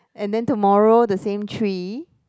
and then tomorrow the same tree